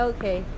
Okay